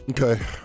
Okay